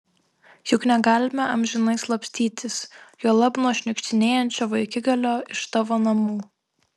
juk negalime amžinai slapstytis juolab nuo šniukštinėjančio vaikigalio iš tavo namų